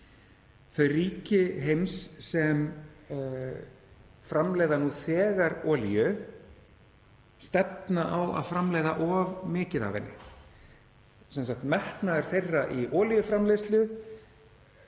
Þau ríki heims sem framleiða nú þegar olíu stefna á að framleiða of mikið af henni. Metnaði þeirra í olíuframleiðslu